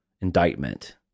indictment